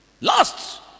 Lost